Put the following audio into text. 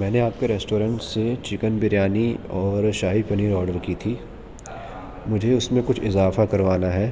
میں نے آپ کے ریسٹورینٹ سے چکن بریانی اور شاہی پنیر آڈر کی تھی مجھے اس میں کچھ اضافہ کروانا ہے